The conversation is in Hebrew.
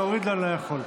להוריד לו אני לא יכול.